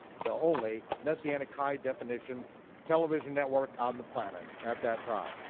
the only messianic high definition television network on the planet at that time.